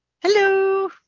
Hello